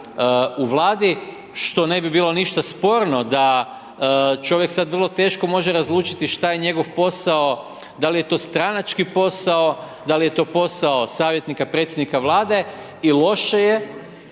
u Vladi, što ne bi bilo ništa sporno da, čovjek sada vrlo teško može razlučiti šta je njegov posao, da li je to stranački posao, da li je to posao savjetnika predsjednika Vlade. I loše je